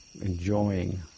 enjoying